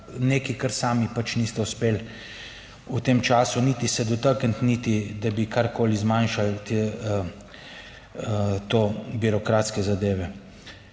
nekaj kar sami pač niste uspeli v tem času niti se dotakniti, niti da bi karkoli zmanjšali, to, birokratske zadeve.